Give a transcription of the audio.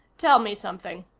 tell me something,